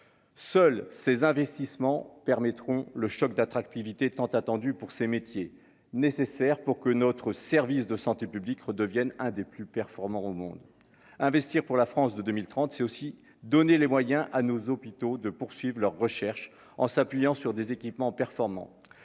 seuls, ces investissements permettront le choc d'attractivité tant attendu pour ces métiers nécessaires pour que notre service de santé publique redevienne un des plus performants au monde investir pour la France de 2030, c'est aussi donner les moyens à nos hôpitaux de poursuivent leurs recherches en s'appuyant sur des équipements performants